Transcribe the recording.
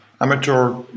amateur